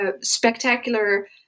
spectacular